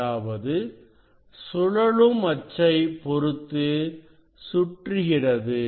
அதாவது சுழலும் அச்சைப் பொறுத்து சுற்றுகிறது